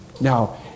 Now